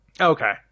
Okay